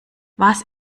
was